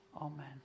Amen